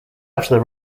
after